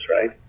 right